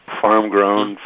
farm-grown